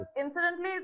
incidentally